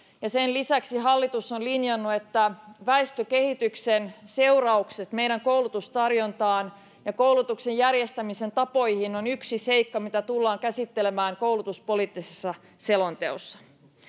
sen lisäksi hallitus on linjannut että väestökehityksen seuraukset meidän koulutustarjontaan ja koulutuksen järjestämisen tapoihin ovat yksi seikka mitä tullaan käsittelemään koulutuspoliittisessa selonteossa